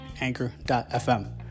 Anchor.fm